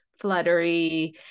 fluttery